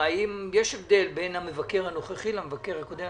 האם יש הבדל מבחינת שיטת העבודה בין המבקר הנוכחי למבקר הקודם?